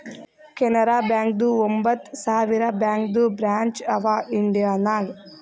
ಕೆನರಾ ಬ್ಯಾಂಕ್ದು ಒಂಬತ್ ಸಾವಿರ ಬ್ಯಾಂಕದು ಬ್ರ್ಯಾಂಚ್ ಅವಾ ಇಂಡಿಯಾ ನಾಗ್